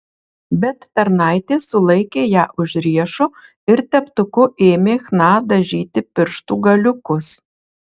bet tarnaitė sulaikė ją už riešo ir teptuku ėmė chna dažyti pirštų galiukus